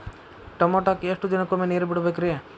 ಟಮೋಟಾಕ ಎಷ್ಟು ದಿನಕ್ಕೊಮ್ಮೆ ನೇರ ಬಿಡಬೇಕ್ರೇ?